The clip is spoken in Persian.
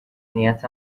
نیت